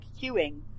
queuing